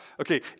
Okay